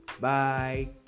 Bye